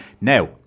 Now